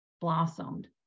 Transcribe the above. blossomed